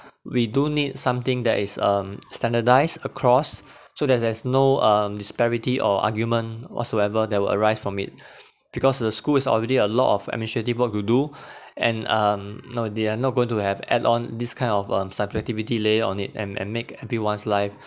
we do need something that is um standardised across so that there's no um disparity or argument or whatsoever that will arise from it because the school is already a lot of administrative work to do and um no they are not going to have add on this kind of um subjectivity layer on it and and make everyone's life